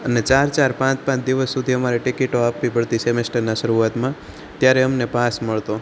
અને ચાર ચાર પાંચ પાંચ દિવસ સુધી અમારે ટિકિટ આપવી પડતી સેમેસ્ટરની શરૂઆતમાં ત્યારે અમને પાસ મળતો